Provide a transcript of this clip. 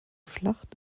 schlacht